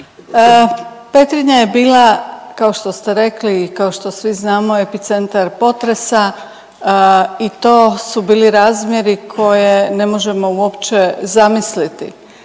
Petrinja je bila kao što ste rekli i kao što svi znamo epicentar potresa i to su bili razmjeri koje ne možemo uopće zamisliti.